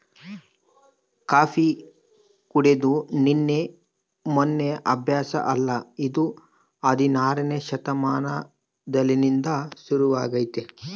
coffee ಕುಡೆದು ನಿನ್ನೆ ಮೆನ್ನೆ ಅಭ್ಯಾಸ ಅಲ್ಲ ಇದು ಹದಿನಾರನೇ ಶತಮಾನಲಿಸಿಂದ ಶುರುವಾಗೆತೆ